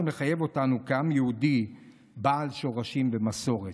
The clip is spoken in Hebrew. מחייב אותנו כעם יהודי בעל שורשים ומסורת?